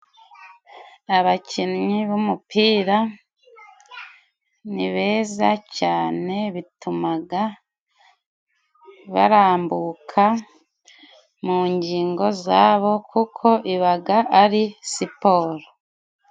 Abakinnyi b'umupira, ni beza cyane, bitumaga barambuka mu ngingo zabo, kuko ibaga ari siporo.